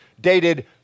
dated